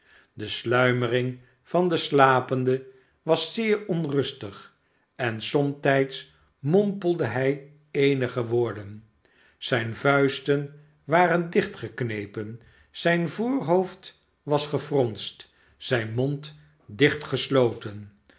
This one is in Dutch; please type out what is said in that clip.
de sluimering van den slapende was zeer onrustig en somtijds mompelde hij eenige woorden zijne vuisten waren dichtgeknepen zijn voorhoofd was gefronst zijn mond dicht gesloten